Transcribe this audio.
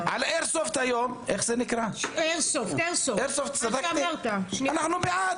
"איירסופט" היום, אנחנו בעד.